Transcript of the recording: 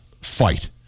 fight